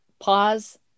Pause